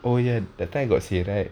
oh ya that time you got say right